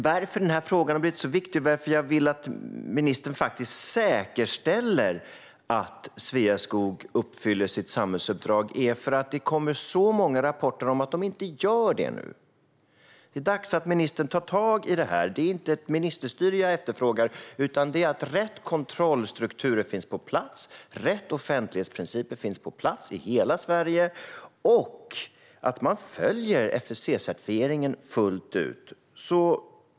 Varför denna fråga har blivit så viktig och varför jag vill att ministern faktiskt säkerställer att Sveaskog uppfyller sitt samhällsuppdrag är för att det kommer så många rapporter om att de inte gör det nu. Det är dags att ministern tar tag i detta. Det är inte ett ministerstyre som jag efterfrågar, utan det är att rätt kontrollstrukturer finns på plats, att rätt offentlighetsprinciper finns på plats i hela Sverige och att FSC-certifieringen följs fullt ut.